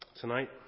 tonight